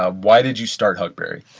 ah why did you start huckberry?